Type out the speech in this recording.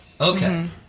Okay